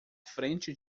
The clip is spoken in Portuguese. frente